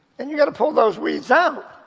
and you got to pull those weeds um